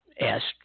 asked